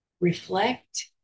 reflect